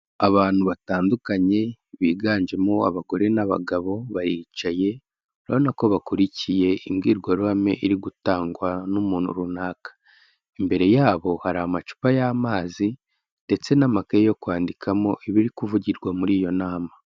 Abantu batandukanye, biganjemo abagore n'abagabo, baricaye, urabona ko bakurikiye imbwirwaruhame iri gutangwa n'umuntu runaka, imbere yabo hari amacupa y'amazi ndetse n'amakaye yo kwandikamo ibiri kuvugirwa muri iyo nama.